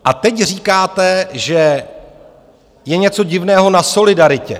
A teď říkáte, že je něco divného na solidaritě.